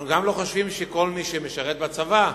אנחנו גם לא חושבים שכל מי שמשרת בצבא,